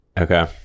Okay